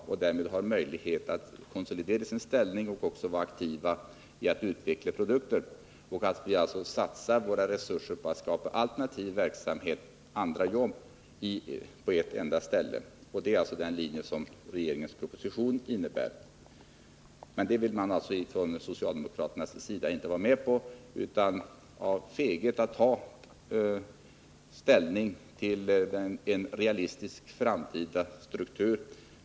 Därmed har företagen möjlighet att konsolidera sina ställningar och vara aktiva när det gäller att utveckla produkter, dvs. att vi satsar våra resurser på att skapa alternativ verksamhet, andra jobb, på ett enda ställe. Det är den linje som regeringens proposition innebär. Men detta vill man från socialdemokraternas sida inte vara med på, utan av feghet vill man inte ta ställning till en realistisk framtida struktur.